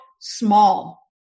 small